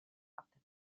artère